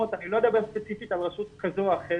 אני לא יודע ספציפית על רשות כזו או אחרת